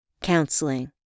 counseling